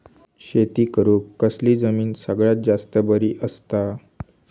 शेती करुक कसली जमीन सगळ्यात जास्त बरी असता?